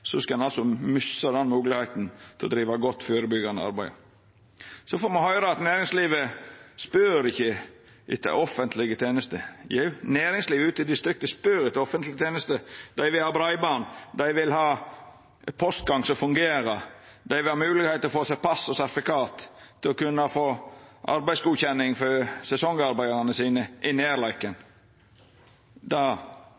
skal ein altså missa den moglegheita til å driva godt førebyggjande arbeid. Så får me høyra at næringslivet ikkje spør etter offentlege tenester. Jau, næringslivet ute i distrikta spør etter offentlege tenester. Dei vil ha breiband, dei vil ha ein postgang som fungerer, dei vil ha moglegheit til å få seg pass og sertifikat, til å kunna få arbeidsgodkjenning for sesongarbeidarane